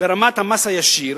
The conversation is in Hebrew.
ברמת המס הישיר,